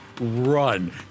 Run